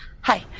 Hi